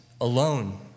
alone